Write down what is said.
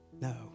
no